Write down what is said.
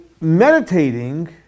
meditating